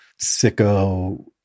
sicko